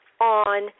on